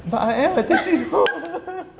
but I am a teh cino